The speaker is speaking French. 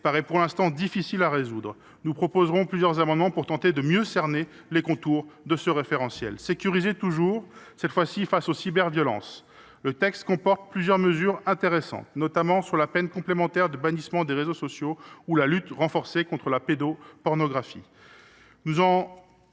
paraît, pour l’instant, difficile à résoudre. Nous proposerons plusieurs amendements pour tenter de mieux cerner les contours de ce référentiel. Le projet de loi vise également à sécuriser le public face aux cyberviolences. À cet égard, le texte comporte plusieurs mesures intéressantes, notamment sur la peine complémentaire de bannissement des réseaux sociaux ou la lutte renforcée contre la pédopornographie.